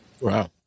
Wow